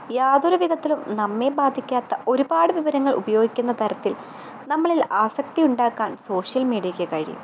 യാതൊരു വിധത്തിലും നമ്മെ ബാധിക്കാത്ത ഒരുപാട് വിവരങ്ങൾ ഉപയോഗിക്കുന്ന തരത്തിൽ നമ്മളിൽ ആസക്തിയുണ്ടാക്കാൻ സോഷ്യൽ മീഡ്യക്ക് കഴിയും